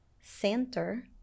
center